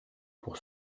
pour